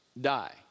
die